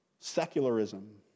secularism